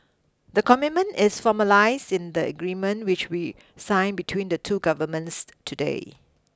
the commitment is formalised in the agreement which we signed between the two governments today